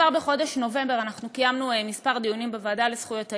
כבר בחודש נובמבר קיימנו כמה דיונים בוועדה לזכויות הילד,